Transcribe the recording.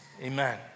Amen